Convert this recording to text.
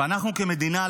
ואנחנו כמדינה,